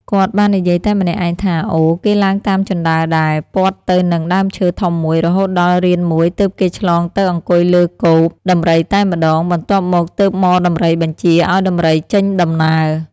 គាត់បាននិយាយតែម្នាក់ឯងថា អូ គេឡើងតាមជណ្តើរដែល ព័ទ្ធទៅនឹងដើមឈើធំមួយរហូតដល់រានមួយទើបគេឆ្លងទៅអង្គុយលើកូប ដំរីតែម្តង បន្ទាប់មកទើបហ្មដំរីបញ្ជាឱ្យដំរីចេញដំណើរ ។